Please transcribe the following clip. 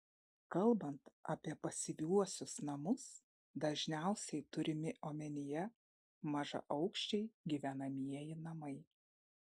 kalbant apie pasyviuosius namus dažniausiai turimi omenyje mažaaukščiai gyvenamieji namai